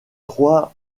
trois